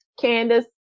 Candace